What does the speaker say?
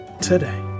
today